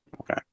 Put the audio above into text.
Okay